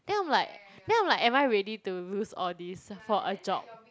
then I'm like then I'm like am I ready to lose all this for a job